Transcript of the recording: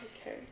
okay